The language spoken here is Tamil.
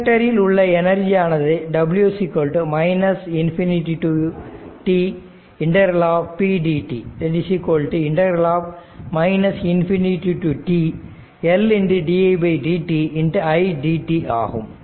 இண்டக்டர்ல் உள்ள எனர்ஜியானது w ∞ to t ∫ pdt ∞ to t ∫ L didt i dt ஆகும்